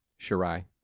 shirai